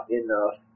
enough